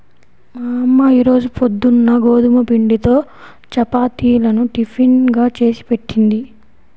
మా అమ్మ ఈ రోజు పొద్దున్న గోధుమ పిండితో చపాతీలను టిఫిన్ గా చేసిపెట్టింది